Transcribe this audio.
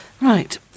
Right